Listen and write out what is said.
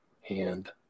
hand